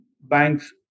bank's